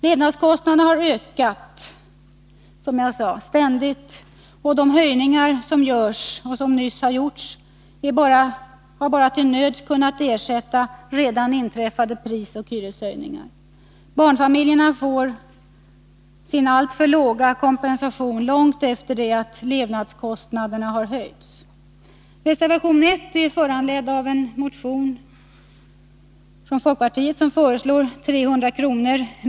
Levnadskostnaderna ökar, som jag sade, ständigt och de höjningar som görs och som nyss har gjorts har bara till nöds kunnat ersätta redan inträffade prisoch hyreshöjningar. Barnfamiljerna får sin alltför låga kompensation långt efter det att levnadsomkostnaderna har ökat. Reservationen nr 1 är föranledd av en fp-motion, vari föreslås 300 kr.